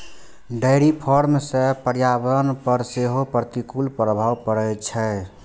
dairy farm सं पर्यावरण पर सेहो प्रतिकूल प्रभाव पड़ै छै